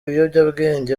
ibiyobyabwenge